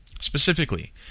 Specifically